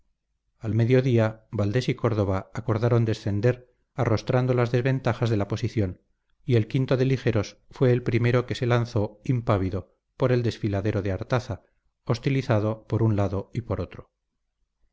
al mediodía valdés y córdoba acordaron descender arrostrando las desventajas de la posición y el o de ligeros fue el primero que se lanzó impávido por el desfiladero de artaza hostilizado por un lado y por otro